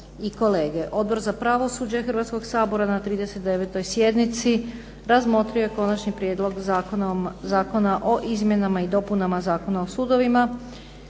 Odbor za pravosuđe Hrvatskog sabora na 39. sjednici razmotrio je Konačni prijedlog zakona o izmjenama i dopunama Zakona o sudovima